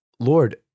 Lord